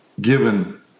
given